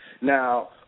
Now